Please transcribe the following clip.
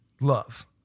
love